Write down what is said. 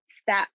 step